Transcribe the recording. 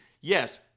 Yes